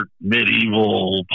medieval